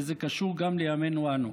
וזה קשור גם לימינו אנו: